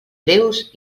greus